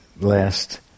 last